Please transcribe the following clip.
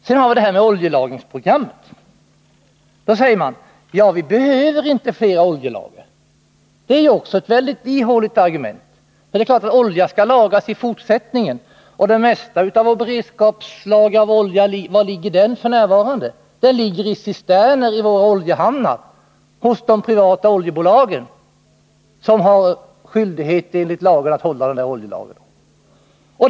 Per Petersson nämnde oljelagringsprogrammet och sade att vi inte behöver fler oljelager. Det är också ett väldigt ihåligt argument, för det är klart att olja skall lagras i fortsättningen. Och var ligger det mesta av vårt beredskapslager av olja f. n.? Det ligger i cisterner i våra oljehamnar, hos de privata oljebolagen, som enligt lag har skyldighet att hålla sådana oljelager.